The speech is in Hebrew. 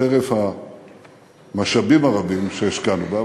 חרף המשאבים הרבים שהשקענו בה.